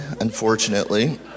unfortunately